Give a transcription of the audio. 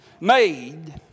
made